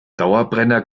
dauerbrenner